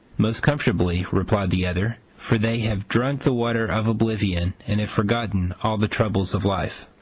most comfortably, replied the other, for they have drunk the water of oblivion, and have forgotten all the troubles of life.